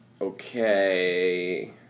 Okay